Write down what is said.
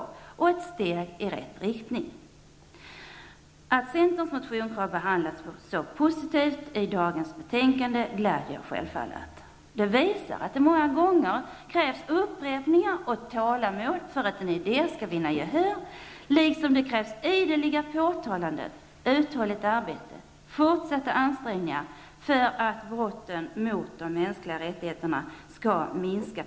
Det är också ett steg i rätt riktning. Att centerns motionskrav behandlats så positivt i det betänkande som vi i dag skall fatta beslut om är självfallet glädjande. Det visar att det många gånger krävs upprepningar och tålamod för att man skall komma så långt att en idé vinner gehör. Likaså krävs det att man ideligen påtalar förhållandena och visar uthållighet i det här arbetet. Det gäller också att det görs fortsatta ansträngningar för att antalet brott mot de mänskliga rättigheterna på vår jord skall minska.